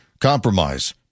compromise